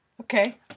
Okay